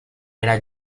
era